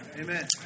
Amen